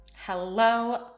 Hello